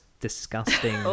disgusting